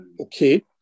Okay